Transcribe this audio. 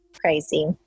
crazy